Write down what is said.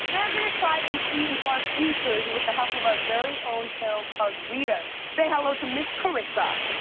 we're gonna try and see into our futures with the help of our very own tarot card reader. say hello to ms. carissa.